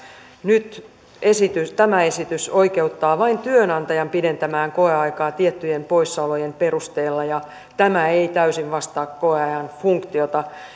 nyt tämä esitys oikeuttaa vain työnantajan pidentämään koeaikaa tiettyjen poissaolojen perusteella tämä ei täysin vastaa koeajan funktiota